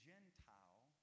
Gentile